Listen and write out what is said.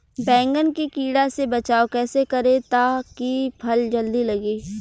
बैंगन के कीड़ा से बचाव कैसे करे ता की फल जल्दी लगे?